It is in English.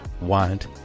want